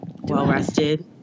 Well-rested